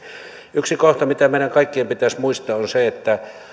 yksi kohta mikä meidän kaikkien pitäisi muistaa on se että